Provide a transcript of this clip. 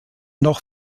noch